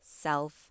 self